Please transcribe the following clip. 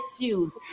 issues